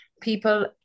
people